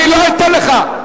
אני לא אתן לך.